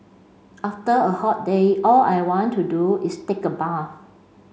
after a hot day all I want to do is take a bath